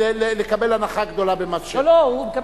לקבל הנחה גדולה במס שבח.